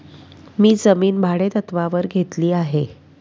मी जमीन भाडेतत्त्वावर घेतली आहे